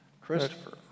Christopher